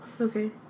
Okay